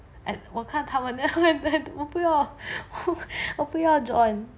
and 我看他们他们我不要我不要 join